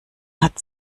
hat